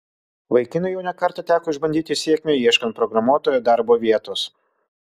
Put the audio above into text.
vaikinui jau ne kartą teko išbandyti sėkmę ieškant programuotojo darbo vietos